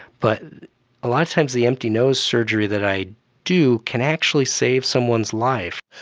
but a lot of times the empty nose surgery that i do can actually save someone's life.